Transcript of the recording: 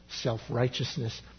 self-righteousness